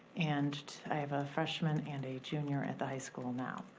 and i have a freshman and a junior at the high school now.